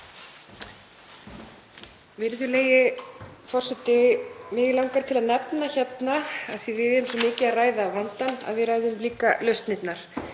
Virðulegi forseti. Mig langar til að nefna hérna, af því að við erum svo mikið að ræða vandann, að við ræðum líka lausnirnar.